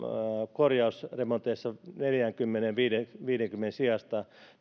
korjausremonteissa neljäänkymmeneen viidenkymmenen viidenkymmenen sijasta